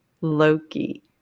Loki